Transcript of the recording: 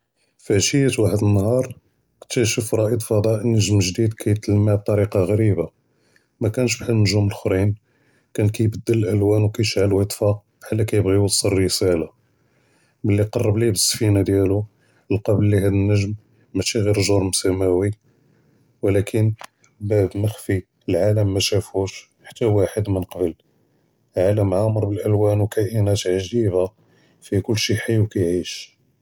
פעשיה ואחד אלנהאר קטאשף ראעד פדאא נוג’ם ג’דיד קייטלמע לטריקה עג’יבה, מאקאנש בחאל אלנג’ום לכ’ריבין. כאן קייבדל אלאלוואן וקיישעל ויטפא בחאל קייבغي יוסל מסאג’, מלי קרב ליה בספינה דיאלו לקא בילי האד אלנוג’ם מאשי גור ג’רם סמאוי, ולקין בעד מחפי לעאלם, משאפוש חתא ואחד מן קבל. לעאלם עאמר באלאלוואן וקאיןאת עג’יבה פיה כלשי חי וקיייש.